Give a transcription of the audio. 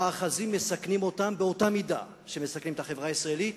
המאחזים מסכנים אותם באותה מידה שהם מסכנים את החברה הישראלית.